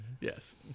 Yes